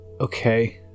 Okay